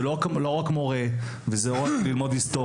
זה לא רק מורה, וזה לא רק ללמוד היסטוריה.